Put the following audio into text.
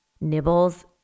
nibbles